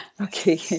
Okay